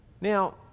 Now